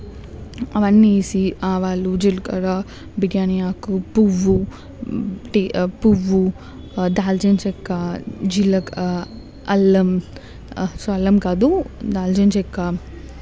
అవన్నీ వేసి ఆవాలు జీలకర్ర బిర్యానీ ఆకు పువ్వు పువ్వు దాల్చిన చెక్క జీలక అల్లం సో అల్లం కాదు దాల్చిన చెక్క